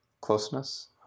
closeness